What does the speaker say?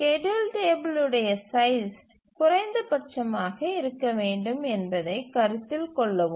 schedule table உடைய size குறைந்தபட்சமாக இருக்க வேண்டும் என்பதை கருத்தில் கொள்ளவும்